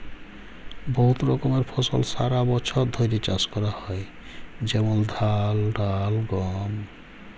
বহুত রকমের ফসল সারা বছর ধ্যরে চাষ ক্যরা হয় যেমল ধাল, ডাল, গম